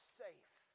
safe